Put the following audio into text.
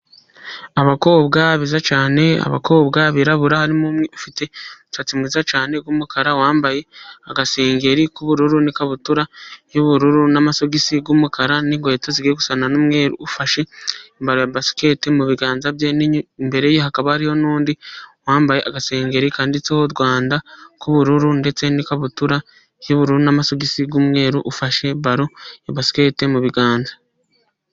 Abakobwa beza cyane abakobwa birarabura harimo umwe ufite umusatsi mwiza cyane w'umukara wambaye agasengeri k'ubururu n'ikabutura y'ubururu n'amasogisi y'umukara n'inkweto zijya gusa n'umweru afashe bari ya basiketemu biganza bye imbere hakaba n'undi wambaye agasengeri kanditseho Rwanda k'ubururu ndetse n'ikabutura y'uburu n'amasugisi y'umweru ufashe baroya basikete mu biganza.